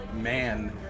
man